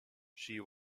she